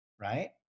right